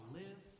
live